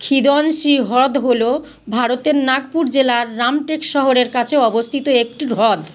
খিদনসি হ্রদ হলো ভারতের নাগপুর জেলার রামটেক শহরের কাছে অবস্থিত একটি হ্রদ